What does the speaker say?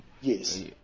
Yes